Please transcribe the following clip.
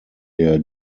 der